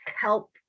help